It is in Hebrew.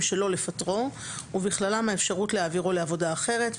שלא לפטרו ובכללם האפשרות להעבירו לעבודה אחרת,